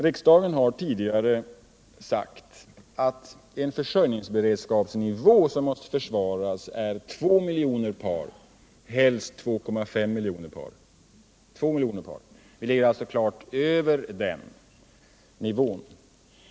Riksdagen har tidigare uttalat att en försörjningsberedskapsnivå som måste försvaras är 2 miljoner par, helst 2,5 miljoner par. Produktionen ligger alltså klart över den nivån.